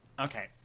Okay